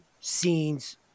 scenes